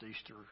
Easter